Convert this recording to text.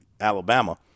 Alabama